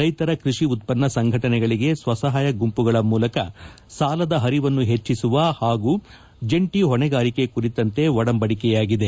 ರೈತರ ಕೃಷಿ ಉತ್ಪನ್ನ ಸಂಘಟನೆಗಳಿಗೆ ಸ್ವಸಹಾಯ ಗುಂಪುಗಳ ಮೂಲಕ ಸಾಲದ ಹರಿವನ್ನು ಹೆಚ್ಚಿಸುವ ಹಾಗೂ ಜಂಟಿ ಹೊಣೆಗಾರಿಕೆ ಕುರಿತಂತೆ ಒಡಂಬಡಿಕೆಯಾಗಿದೆ